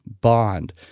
bond